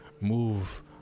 move